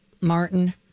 Martin